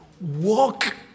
walk